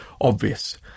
obvious